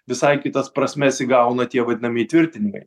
visai kitas prasmes įgauna tie vadinami įtvirtinimai